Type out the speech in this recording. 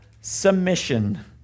submission